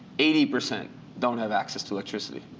eighty percent don't have access to electricity.